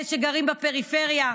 אלה שגרים בפריפריה.